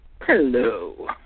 Hello